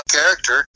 character